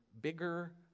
bigger